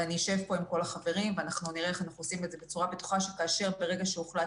אני רוצה להגיד שאנחנו אנשי חינוך ואנחנו חלק בלתי נפרד